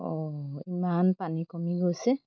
অঁ ইমান পানী কমি গৈছে